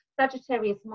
Sagittarius